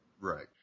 Right